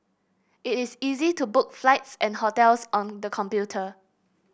it is easy to book flights and hotels on the computer